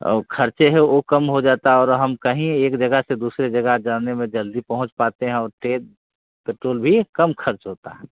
वह ख़र्चे हैं वह कम हो जाता है हमारा जो हम कहीं भी एक जगह से दूसरी जगह जाने में जल्दी पहुँच पाते हैं और तेल पेट्रोल भी कम ख़र्च होता है